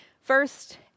First